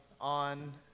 on